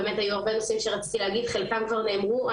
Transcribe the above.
היו הרבה נושאים שרציתי להגיד, חלקם כבר נאמרו.